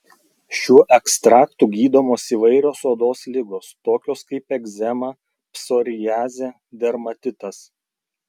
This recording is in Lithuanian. šiuo ekstraktu gydomos įvairios odos ligos tokios kaip egzema psoriazė dermatitas